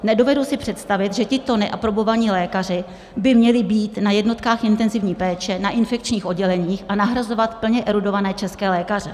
Nedovedu si představit, že tito neaprobovaní lékaři by měli být na jednotkách intenzivní péče, na infekčních odděleních a nahrazovat plně erudované české lékaře.